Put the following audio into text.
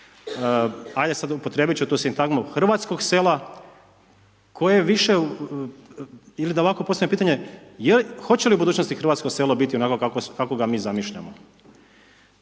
ajde sada upotrebiti ću tu sintagmu hrvatskog sela koje više ili da ovako postavim pitanje, hoće li u budućnosti hrvatsko selo, onako kako ga mi zamišljamo?